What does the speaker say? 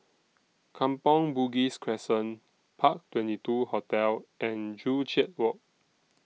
Kampong Bugis Crescent Park twenty two Hotel and Joo Chiat Walk